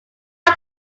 how